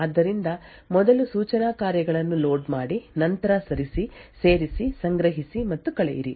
ಆದ್ದರಿಂದ ಮೊದಲು ಸೂಚನಾ ಕಾರ್ಯಗಳನ್ನು ಲೋಡ್ ಮಾಡಿ ನಂತರ ಸರಿಸಿ ಸೇರಿಸಿ ಸಂಗ್ರಹಿಸಿ ಮತ್ತು ಕಳೆಯಿರಿ